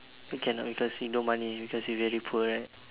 cannot because you no money because you very poor right